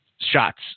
shots